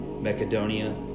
Macedonia